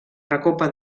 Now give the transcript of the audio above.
recopa